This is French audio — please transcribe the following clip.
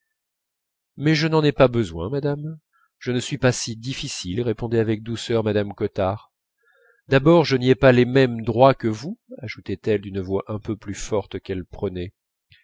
mais je n'en ai pas besoin madame je ne suis pas si difficile répondait avec douceur mme cottard d'abord je n'y ai pas les mêmes droits que vous ajoutait-elle d'une voix un peu plus forte qu'elle prenait